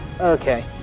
Okay